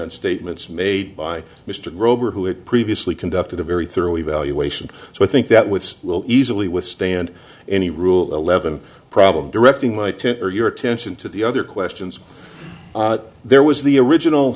on statements made by mr grover who had previously conducted a very thorough evaluation so i think that with will easily withstand any rule eleven problem directing my tent or your attention to the other questions there was the original